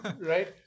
Right